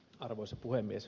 arvoisa puhemies